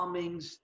bombings